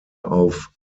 auf